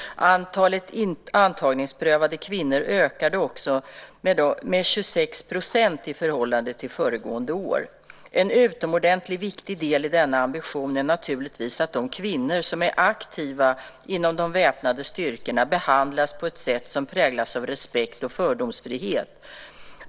Antalet antagningsprövade kvinnor ökade också med 26 % i förhållande till föregående år. En utomordentligt viktig del i denna ambition är naturligtvis att de kvinnor som är aktiva inom de väpnade styrkorna behandlas på ett sätt som präglas av respekt och fördomsfrihet.